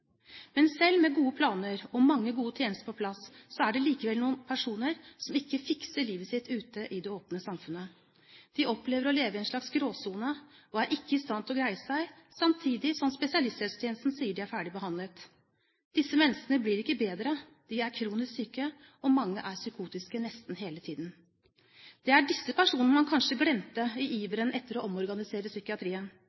Men selv med gode planer og mange gode tjenester på plass er det likevel noen personer som ikke fikser livet sitt ute i det «åpne» samfunnet. De opplever å leve i en slags «gråsone» og er ikke i stand til å greie seg, samtidig som spesialisthelsetjenesten sier de er ferdig behandlet. Disse menneskene blir ikke bedre, de er kronisk syke. Mange er psykotiske nesten hele tiden. Det er disse personene man kanskje glemte i